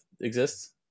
Exists